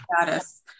status